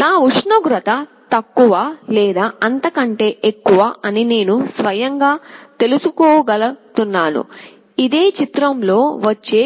నా ఉష్ణోగ్రత తక్కువ లేదా అంతకంటే ఎక్కువ అని నేను స్వయంగా తెలుసుకోగలుగుతాను ఇదే చిత్రంలో వచ్చే